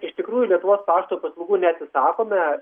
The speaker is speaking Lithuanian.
tik tikrųjų lietuvos pašto paslaugų neatsisakome